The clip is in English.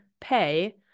pay –